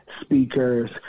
speakers